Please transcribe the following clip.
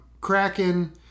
Kraken